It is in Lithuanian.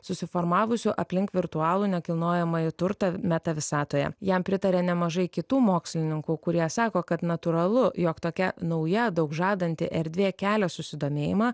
susiformavusiu aplink virtualų nekilnojamąjį turtą meta visatoje jam pritaria nemažai kitų mokslininkų kurie sako kad natūralu jog tokia nauja daug žadanti erdvė kelia susidomėjimą